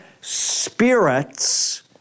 spirits